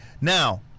Now